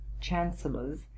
Chancellors